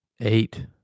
Eight